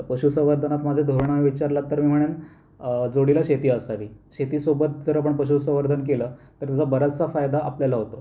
पशू संवर्धनात माझं धोरण विचारलंत तर मी म्हणेन जोडीला शेती असावी शेतीसोबत जर आपण पशू संवर्धन केलं तर त्याचा बराचसा फायदा आपल्याला होतो